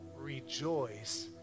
rejoice